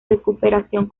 recuperación